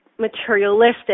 materialistic